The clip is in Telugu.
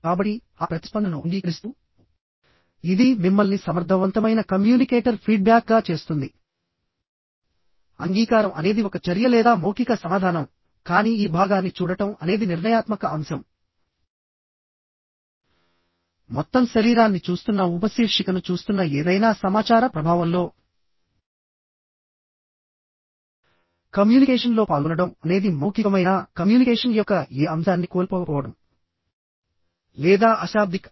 కాబట్టి ఆ ప్రతిస్పందనను అంగీకరిస్తూ ఇది మిమ్మల్ని సమర్థవంతమైన కమ్యూనికేటర్ ఫీడ్బ్యాక్గా చేస్తుంది అంగీకారం అనేది ఒక చర్య లేదా మౌఖిక సమాధానం కానీ ఈ భాగాన్ని చూడటం అనేది నిర్ణయాత్మక అంశం మొత్తం శరీరాన్ని చూస్తున్న ఉపశీర్షికను చూస్తున్న ఏదైనా సమాచార ప్రభావంలో కమ్యూనికేషన్లో పాల్గొనడం అనేది మౌఖికమైనా కమ్యూనికేషన్ యొక్క ఏ అంశాన్ని కోల్పోకపోవడం లేదా అశాబ్దిక